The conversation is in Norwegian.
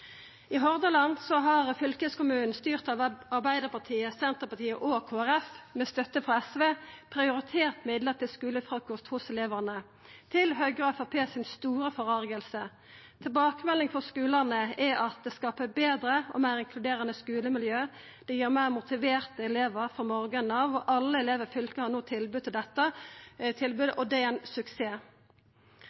I Hordaland har fylkeskommunen, styrt av Arbeidarpartiet, Senterpartiet og Kristeleg Folkeparti, med støtte frå SV, prioritert midlar til skulefrukost for elevane – til stor forarging for Høgre og Framstegspartiet. Tilbakemeldinga frå skulane er at det skaper betre og meir inkluderande skulemiljø, og det gir meir motiverte elevar frå morgonen av. Alle elevar i fylket har no tilbud om dette, og det er ein suksess.